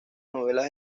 novelas